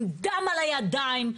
עם דם על הידיים,